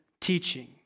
teaching